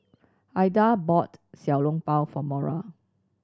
Aida bought Xiao Long Bao for Mora